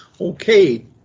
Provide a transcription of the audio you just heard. Okay